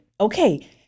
Okay